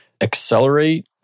accelerate